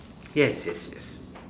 yes yes yes